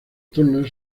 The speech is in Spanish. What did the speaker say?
turner